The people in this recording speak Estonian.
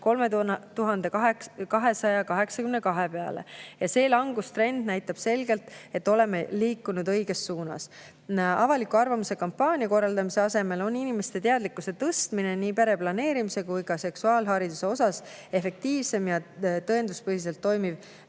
3282 peale. See langustrend näitab selgelt, et oleme liikunud õiges suunas. Avaliku arvamuse kampaania korraldamise asemel on inimeste teadlikkuse tõstmine nii pereplaneerimise kui ka seksuaalhariduse vallas efektiivsem ja tõenduspõhiselt toimiv